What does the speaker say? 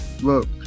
Look